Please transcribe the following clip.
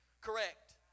correct